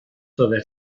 byddet